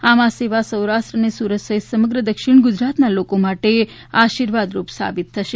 આમ આ સેવા સૌરાષ્ટ્ર અને સુરત સહિત સમગ્ર દક્ષિણ ગુજરાતના લોકો માટે આશીર્વાદરૂપ સાબિત થશે